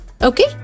Okay